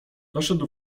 doszedł